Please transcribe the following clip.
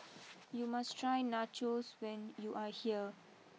you must try Nachos when you are here